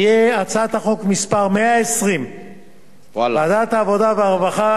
תהיה הצעת החוק מס' 120 שוועדת העבודה והרווחה